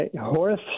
Horace